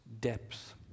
depth